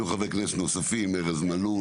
היו חברי כנסת נוספים ארז מלול